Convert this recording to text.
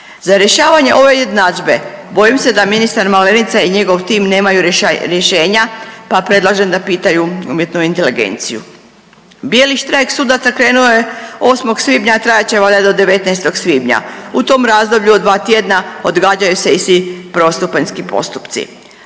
Za rješavanje ove jednadžbe bojim se da ministar Malenica i njegov tim nemaju rješenja, pa predlažem da pitaju umjetnu inteligenciju. Bijeli štrajk sudaca krenuo je 8. svibnja, a trajat će valjda do 19. svibnja. U tom razdoblju od 2 tjedna odgađaju se i svi prvostupanjski postupci,